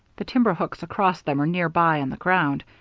the timber hooks across them or near by on the ground,